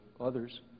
others